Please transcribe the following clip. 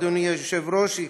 אדוני היושב-ראש,